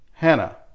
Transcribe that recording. Hannah